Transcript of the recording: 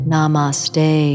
Namaste